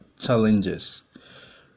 challenges